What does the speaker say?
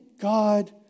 God